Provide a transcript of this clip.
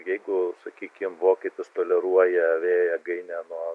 jeigu sakykim vokietis toleruoja vėjo jėgainę nuo